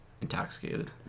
intoxicated